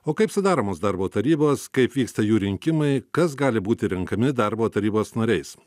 o kaip sudaromos darbo tarybos kaip vyksta jų rinkimai kas gali būti renkami darbo tarybos nariais